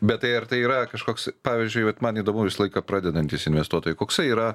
bet tai ar tai yra kažkoks pavyzdžiui vat man įdomu visą laiką pradedantys investuotojai koksai yra